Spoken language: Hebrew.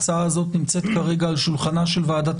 הצעה הזאת נמצאת כרגע על שולחנה של ועדת